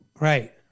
right